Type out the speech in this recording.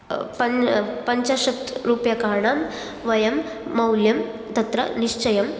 पं पञ्चशत् रुप्यकाणां वयं मौल्यं तत्र निश्चयं